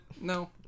No